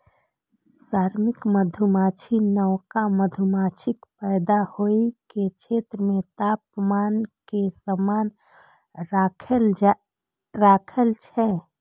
श्रमिक मधुमाछी नवका मधुमाछीक पैदा होइ के क्षेत्र मे तापमान कें समान राखै छै